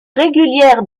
régulière